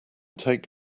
take